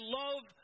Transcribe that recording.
love